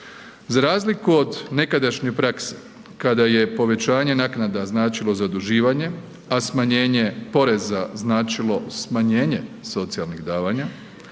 Za razliku od nekadašnje prakse kada je povećanje naknada značilo zaduživanje, a smanjenje poreza značilo smanjenje socijalnih davanja